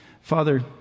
Father